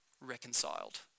reconciled